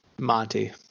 Monty